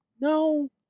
no